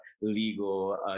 legal